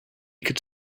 could